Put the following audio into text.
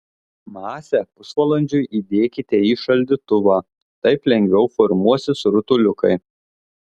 masę pusvalandžiui įdėkite į šaldytuvą taip lengviau formuosis rutuliukai